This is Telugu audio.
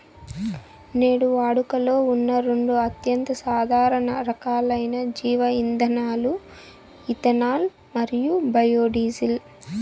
నేడు వాడుకలో ఉన్న రెండు అత్యంత సాధారణ రకాలైన జీవ ఇంధనాలు ఇథనాల్ మరియు బయోడీజిల్